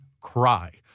cry